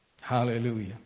Hallelujah